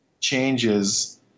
changes